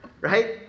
right